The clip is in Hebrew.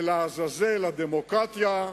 ולעזאזל הדמוקרטיה,